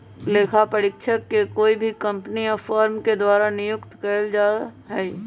लेखा परीक्षक के कोई भी कम्पनी या फर्म के द्वारा नियुक्त कइल जा हई